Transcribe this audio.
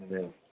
جی